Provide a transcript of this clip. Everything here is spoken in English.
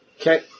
Okay